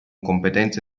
competenze